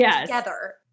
together